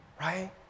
Right